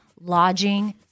lodging